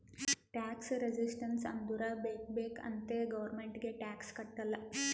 tax resistance ಅಂದುರ್ ಬೇಕ್ ಬೇಕ್ ಅಂತೆ ಗೌರ್ಮೆಂಟ್ಗ್ ಟ್ಯಾಕ್ಸ್ ಕಟ್ಟಲ್ಲ